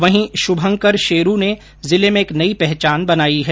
वहीं शुभंकर शेरू ने जिले में एक नई पहचान बनाई है